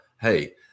Hey